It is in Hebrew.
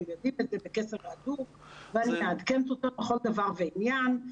אנחנו בקשר הדוק ואני מעדכנת אותם בכל דבר ועניין.